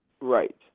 Right